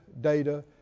data